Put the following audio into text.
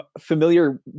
familiar